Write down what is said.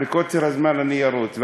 מקוצר הזמן אני ארוץ,